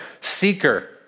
seeker